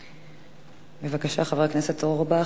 בבקשה, חבר הכנסת אורבך.